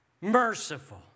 merciful